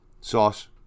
sauce